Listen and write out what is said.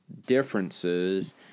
differences